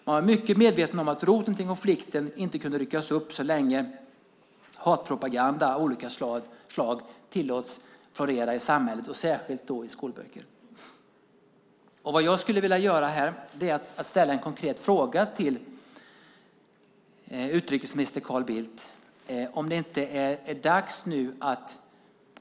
Man var mycket medveten om att roten till konflikten inte kunde ryckas upp så länge hatpropaganda av olika slag tillåts florera i samhället, särskilt i skolböcker. Jag vill ställa ett par konkreta frågor till utrikesminister Carl Bildt.